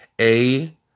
A-